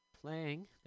playing